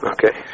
Okay